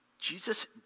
Jesus